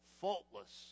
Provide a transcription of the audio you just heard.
faultless